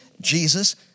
Jesus